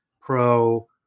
pro